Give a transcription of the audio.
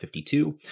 52